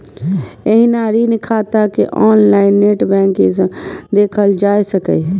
एहिना ऋण खाता कें ऑनलाइन नेट बैंकिंग सं देखल जा सकैए